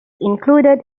included